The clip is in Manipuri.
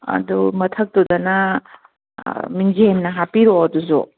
ꯑꯗꯣ ꯃꯊꯛꯇꯨꯗꯅ ꯃꯤꯡꯖꯦꯜꯅ ꯍꯥꯞꯄꯤꯔꯛꯑꯣ ꯑꯗꯨꯁꯨ